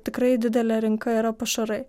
tikrai didelė rinka yra pašarai